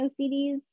NoCDs